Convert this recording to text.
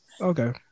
Okay